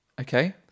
Okay